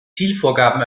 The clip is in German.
zielvorgaben